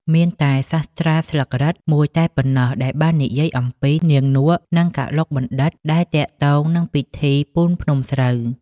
មានតែសាស្ត្រាល្បែង ស្លឹករឹត មួយប៉ុណ្ណោះ ដែលបាននិយាយអំពីនាងនក់ និងកឡុកបណ្ឌិត្យ ដែលទាក់ទងនឹងពិធីពូនភ្នំស្រូវ។